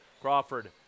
Crawford